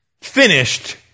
finished